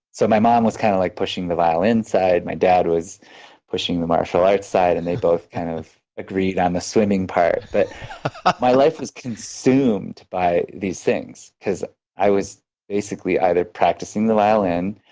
so my mom was kind of like pushing the violin side my dad was pushing the martial arts side and they both kind of agreed on the swimming part. but my life was consumed by these things because i was basically either practicing the violin,